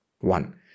One